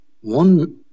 One